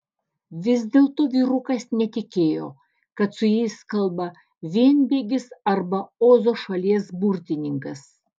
vis dėlto vyrukas netikėjo kad su jais kalba vienbėgis arba ozo šalies burtininkas